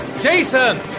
Jason